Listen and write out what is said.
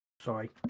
Sorry